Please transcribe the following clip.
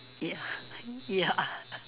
ya ya